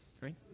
Right